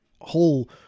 whole